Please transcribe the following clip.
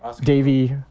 Davey